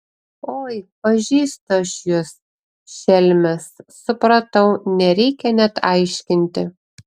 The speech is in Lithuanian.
oi pažįstu aš jus šelmes supratau nereikia net aiškinti